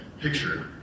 Picture